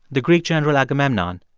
the greek general agamemnon.